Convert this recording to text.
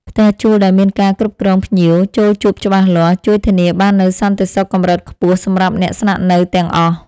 ផ្ទះជួលដែលមានការគ្រប់គ្រងភ្ញៀវចូលជួបច្បាស់លាស់ ជួយធានាបាននូវសន្តិសុខកម្រិតខ្ពស់សម្រាប់អ្នកស្នាក់នៅទាំងអស់។